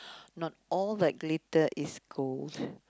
not all that glitter is gold